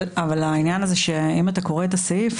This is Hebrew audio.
אבל אם אתה קורא את הסעיף,